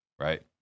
right